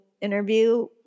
interview